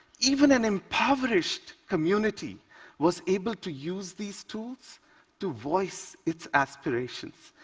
even an impoverished community was able to use these tools to voice its aspirations.